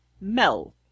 mel